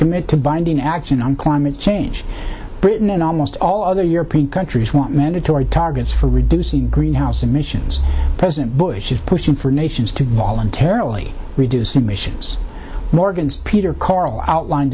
commit to binding action on climate change britain and almost all other european countries want mandatory targets for reducing greenhouse emissions president bush is pushing for nations to voluntarily reduce emissions morgan's peter coral outline